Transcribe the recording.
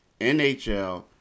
NHL